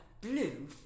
blue